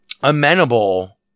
amenable